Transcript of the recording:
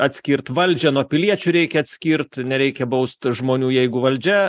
atskirt valdžią nuo piliečių reikia atskirt nereikia bausti žmonių jeigu valdžia